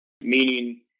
meaning